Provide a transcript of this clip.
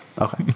Okay